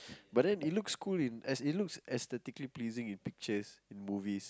but then it looks cool in as it looks aesthetically pleasing in pictures in movies